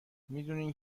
میدونین